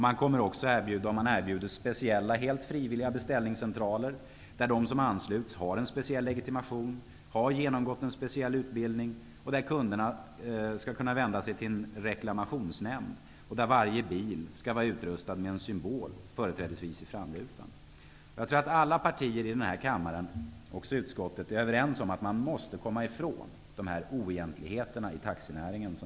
Man kommer att erbjuda speciella, helt frivilliga, beställningscentraler, där de som ansluts har en speciell legitimation och har genomgått en speciell utbildning, där kunderna skall kunna vända sig till en reklamationsnämnd och där varje bil skall vara utrustad med en symbol, företrädesvis i framrutan. Jag tror att alla partier i denna kammare och i utskottet är överens om att man måste komma ifrån oegentligheterna inom taxinäringen.